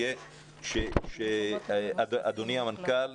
אדוני המנכ"ל,